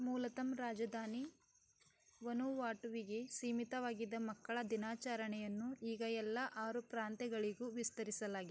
ಮೂಲತಃ ರಾಜಧಾನಿ ವಹಿವಾಟುವಿಗೆ ಸೀಮಿತವಾಗಿದ್ದ ಮಕ್ಕಳ ದಿನಾಚರಣೆಯನ್ನು ಈಗ ಎಲ್ಲ ಆರು ಪ್ರಾಂತ್ಯಗಳಿಗೂ ವಿಸ್ತರಿಸಲಾಗಿದೆ